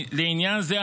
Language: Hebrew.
לעניין זה,